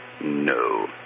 No